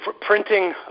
printing